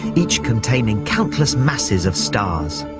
each containing countless masses of stars.